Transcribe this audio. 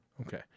Okay